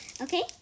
Okay